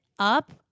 Up